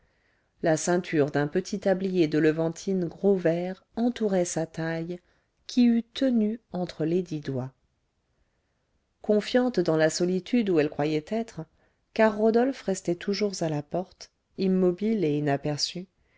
la ceinture d'un petit tablier de levantine gros vert entourait sa taille qui eût tenu entre les dix doigts confiante dans la solitude où elle croyait être car rodolphe restait toujours à la porte immobile et inaperçu